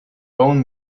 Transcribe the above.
bone